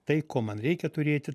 tai ko man reikia turėti